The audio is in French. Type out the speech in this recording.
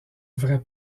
vrai